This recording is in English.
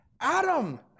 Adam